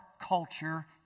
culture